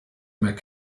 make